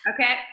Okay